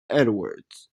edwards